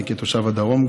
אני גם כתושב הדרום,